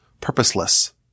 purposeless